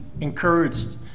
encouraged